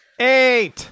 eight